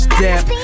Step